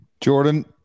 Jordan